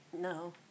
No